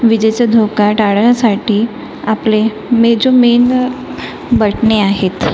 विजेचा झोका टाळण्यासाठी आपले मे जो मेन बटणे आहेत